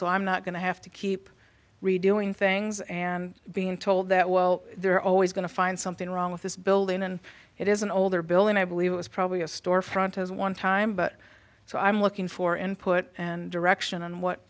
so i'm not going to have to keep redoing things and being told that well there are always going to find something wrong with this building and it is an older building i believe it was probably a storefront as one time but so i'm looking for input and direction on what